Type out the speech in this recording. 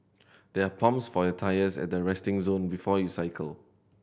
there are pumps for your tyres at the resting zone before you cycle